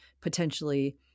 potentially